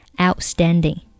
outstanding